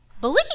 believe